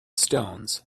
stones